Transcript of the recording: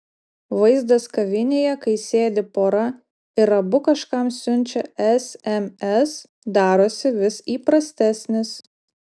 vaizdas kavinėje kai sėdi pora ir abu kažkam siunčia sms darosi vis įprastesnis